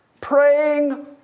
praying